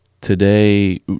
today